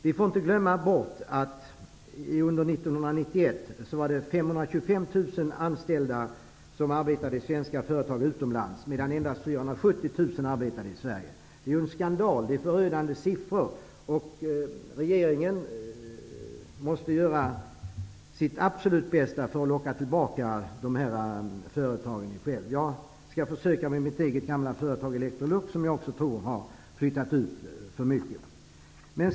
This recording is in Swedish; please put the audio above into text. Vi får inte glömma bort att under 1991 fanns det 525 000 anställda, som arbetade i svenska företag utomlands, medan endast 470 000 arbetade i dessa företag i Sverige. Det är en skandal! Det är förödande siffror. Regeringen måste göra sitt absolut bästa för att locka tillbaka dessa företag. Jag skall försöka att göra samma sak med mitt eget gamla företag Electrolux, som jag också tror har flyttat ut för mycket av sin verksamhet.